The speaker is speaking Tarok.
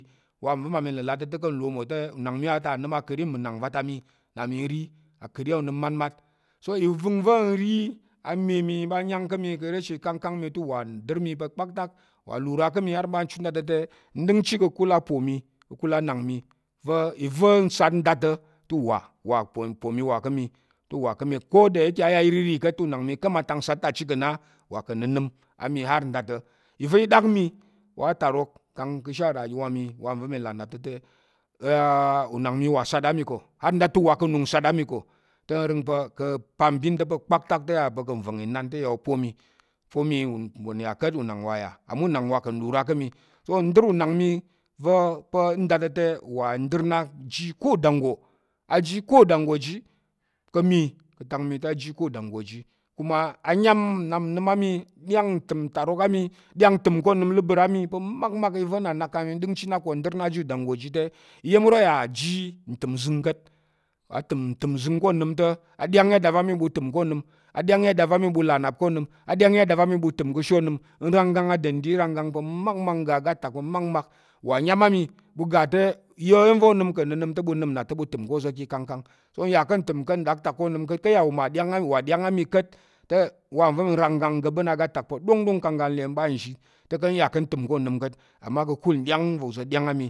Wa ka̱ nlomu ata nəm akəri mminang va̱ ta á mi akəri onəm matmat, so ivəngva̱ nri á me mi m ɓa nyang kaá̱ mi ka̱ rashi ìkangkang mi te uwa ka̱ ndər mi pa̱ kpaktak wa lura ka̱ mi ɓa chu nda ta̱ te, ndəngchi ka̱kul apu, ka̱kul anung mi. i va̱ n sat nda ta̱ te wa wa upo mi wa ká̱ mi ko nde ke a yà ká̱ irirì ka̱t, te unang mi ka̱m atak nsat ta chit ká̱ nna uwa ka̱ nnənəm á mi har nda ta̱, i va̱ i ɗak i wa atarok kang ka̱ ashe arayuwa mi wa nva̱ mi là nnap ta̱ te, unang mi uwa sat mi har nda ta̱ te uwa ka̱ anung sat á mi ko, te nrəng pa̱ ka̱ mbin ta̱ pa̱ kpaktak te yà ka̱ nva̱ng inan te yà opo mi, upo yà ka̱t amma unang wa yà, unang uwa ka̱ nlura ká̱ mi, so ndər unang wa ka̱ nda ta̱ te wa ndər ji ko udango a ji ko udanggo ji ka̱ atak mi te aji ko udanggo ji kuma a ɗyang nnap nnəm á mi, a ɗyang ntəm itarok á mi, a ɗyang ntəm ko onəmləbər á mi i va̱ nna nɗəngchi na ko pa̱ makmak va̱ nna nak mi dər na ji udanggo te iya̱m iro ya ji ntəm nzəng ka̱t atəm ntəm nzəng ka̱ onəm te, a ɗyang ayada va̱ á mi ɓu təm ká̱ onəm, a ɗyang ayada va̱ a̱ mi ɓu là nnap ka̱ onəm, á ɗyang a yada va̱ á ɓu təm ka̱ ashe onəm, nranggang adendi nranggang pa̱ makmak n ga oga atak pa̱ makmak uwa nyam á mi, ɓu ga te ɓu ya iya̱m onəm ka̱ nnənəm te ɓu nəm te ɓu təm ká̱ oza̱ ka̱ ikangkang. so nyà ka̱ ntəm onəm ka̱ nɗaktak ka̱t, ka̱ yà pa̱ uwa ɗyang á mi ka̱t wa va̱ nranggang n ga̱ɓa̱n oga atak pa̱ ɗongɗong te ka̱ iya ka̱ ntəm ko onəm ka̱t. amma ka̱kul nɗyang va uza̱ ɗyang